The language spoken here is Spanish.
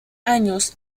años